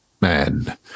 man